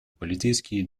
полицейские